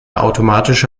automatische